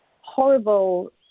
horrible